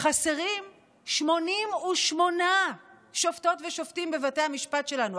חסרים 88 שופטות ושופטים בבתי המשפט שלנו.